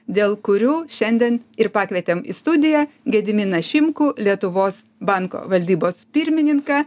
dėl kurių šiandien ir pakvietėm į studiją gediminą šimkų lietuvos banko valdybos pirmininką